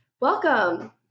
Welcome